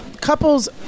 couples